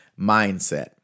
mindset